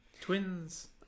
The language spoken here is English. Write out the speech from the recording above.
Twins